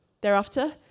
Thereafter